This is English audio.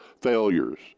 failures